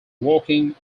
working